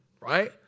right